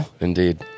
Indeed